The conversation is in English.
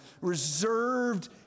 reserved